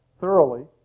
thoroughly